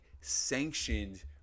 sanctioned